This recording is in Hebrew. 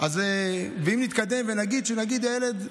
ואם נתקדם ונגיד שהילד,